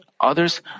others